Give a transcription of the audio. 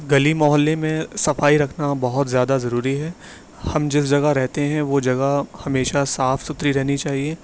گلی محلے میں صفائی رکھنا بہت زیادہ ضروری ہے ہم جس جگہ رہتے ہیں وہ جگہ ہمیشہ صاف ستھری رہنی چاہیے